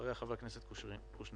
ואחריה חבר הכנסת קושניר.